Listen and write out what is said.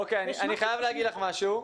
תודה רבה אני חייב להגיד לך משהו.